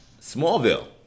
Smallville